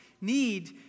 need